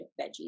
veggies